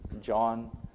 John